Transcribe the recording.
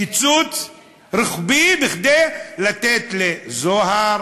קיצוץ רוחבי, כדי לתת לזוהר